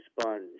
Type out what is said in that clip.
sponge